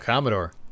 Commodore